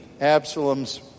Absalom's